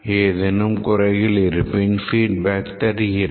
ஏதேனும் குறைகள் இருப்பின் feedback தருகிறார்